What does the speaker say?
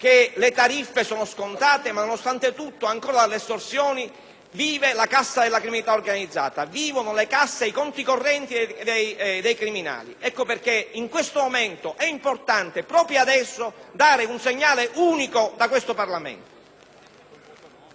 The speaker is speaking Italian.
la cassa della criminalità organizzata, le casse e i conti correnti dei criminali. Ecco perché in questo momento è importante, proprio adesso, dare un segnale unico da questo Parlamento.